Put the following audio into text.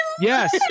yes